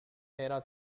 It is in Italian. era